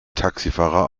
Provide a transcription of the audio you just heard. taxifahrer